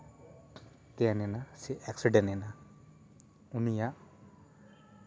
ᱛᱮᱱ ᱮᱱᱟᱭ ᱥᱮ ᱮᱠᱥᱤᱰᱮᱱᱴ ᱮᱱᱟᱭ ᱩᱱᱤᱭᱟᱜ